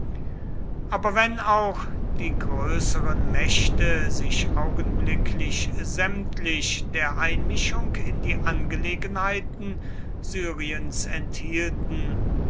aber wenn auch die größeren mächte sich augenblicklich sämtlich der einmischung in die angelegenheiten syriens enthielten